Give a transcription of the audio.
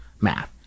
math